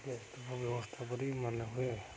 ବ୍ୟସ୍ତ ବ୍ୟବସ୍ଥା କରି ମାନେ ହୁଏ